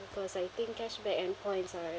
because I think cashback and points are